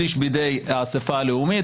שליש בידי האספה הלאומית.